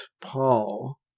Paul